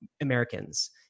Americans